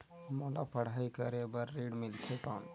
मोला पढ़ाई करे बर ऋण मिलथे कौन?